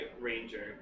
Ranger